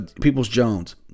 Peoples-Jones